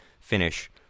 finish